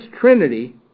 trinity